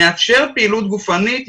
נאפשר פעילות גופנית,